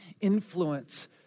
influence